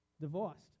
divorced